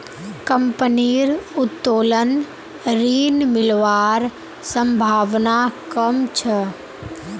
कंपनीर उत्तोलन ऋण मिलवार संभावना कम छ